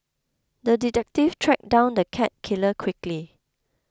the detective tracked down the cat killer quickly